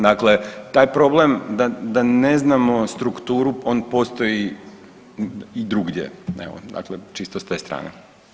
Dakle, taj problem da, da ne znamo strukturu on postoji i drugdje, evo dakle čisto s te strane.